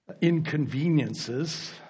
inconveniences